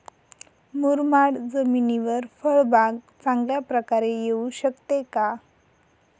मुरमाड जमिनीवर फळबाग चांगल्या प्रकारे येऊ शकते का?